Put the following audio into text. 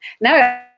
No